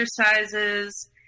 exercises